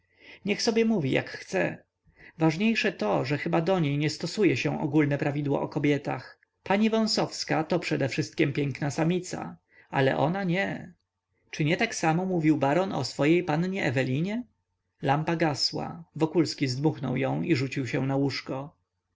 niech sobie mówi jak chce ważniejsze to że chyba do niej nie stosuje się ogólne prawidło o kobietach pani wąsowska to przedewszystkiem piękna samica ale ona nie czy nie tak samo mówił baron o swojej pannie ewelinie lampa gasła wokulski zdmuchnął ją i rzucił się na łóżko